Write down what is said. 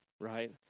right